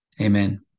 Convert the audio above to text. Amen